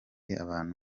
abantu